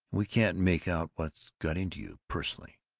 we can't make out what's got into you. personally,